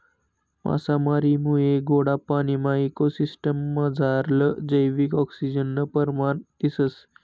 मासामारीमुये गोडा पाणीना इको सिसटिम मझारलं जैविक आक्सिजननं परमाण दिसंस